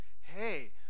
Hey